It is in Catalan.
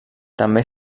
també